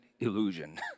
illusion